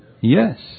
Yes